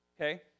Okay